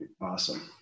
Awesome